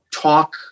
talk